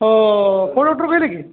ହୋ ପୁଣି କହିଲେ କି